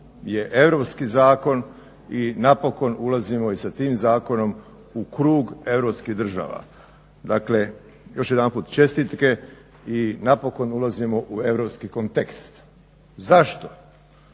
je europski zakon i napokon ulazimo i sa tim zakonom u krug europskih država. Dakle, još jedanput čestitke i napokon ulazimo u europski kontekst. Zašto?